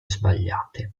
sbagliate